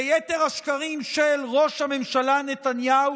ליתר השקרים של ראש הממשלה נתניהו,